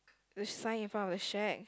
the sign in front of the shack